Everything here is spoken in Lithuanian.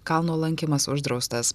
kalno lankymas uždraustas